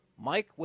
Mike